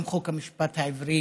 גם חוק המשפט העברי.